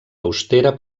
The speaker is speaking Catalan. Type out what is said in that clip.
austera